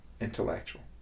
intellectual